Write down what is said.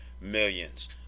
millions